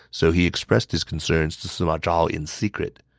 so he expressed his concerns to sima zhao in secret.